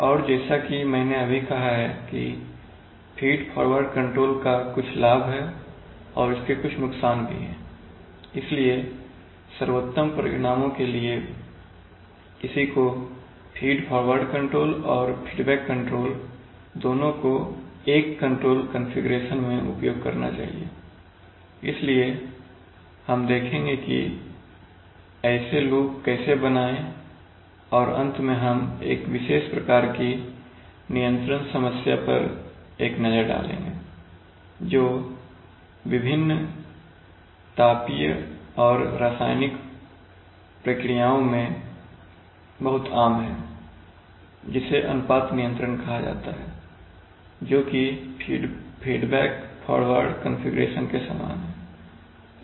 और जैसा कि मैंने अभी कहा है कि फ़ीड फॉरवर्ड कंट्रोल का कुछ लाभ है इसके कुछ नुकसान भी हैं इसलिए सर्वोत्तम परिणामों के लिए किसी को फीड फ़ॉरवर्ड कंट्रोल और फीडबैक कंट्रोल दोनों को एक कंट्रोल कॉन्फ़िगरेशन में उपयोग करना चाहिए इसलिए हम देखेंगे कि ऐसे लूप कैसे बनाएं और अंत में हम एक विशेष प्रकार की नियंत्रण समस्या पर एक नज़र डालेंगे जो विभिन्न तापीय और रासायनिक प्रक्रियाओं में बहुत आम है जिसे अनुपात नियंत्रण कहा जाता है जो कि फीडबैक फ़ॉरवर्ड कॉन्फ़िगरेशन के समान है